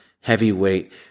Heavyweight